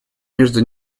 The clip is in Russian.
между